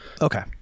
Okay